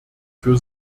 für